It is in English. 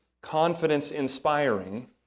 confidence-inspiring